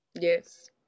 Yes